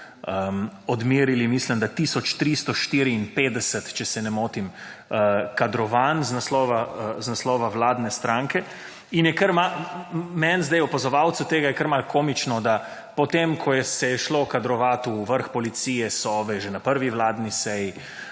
odmerili mislim, da tisoč 354, če se ne motim kadrovanj z naslova vladne stranke in je meni sedaj opazovalcu tega je kar komično, da po tem, ko se je šlo kadrovati v vrh policije, Sove že na prvi vladni seji